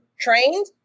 trained